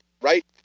right